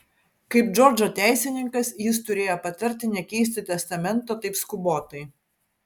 kaip džordžo teisininkas jis turėjo patarti nekeisti testamento taip skubotai